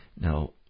Now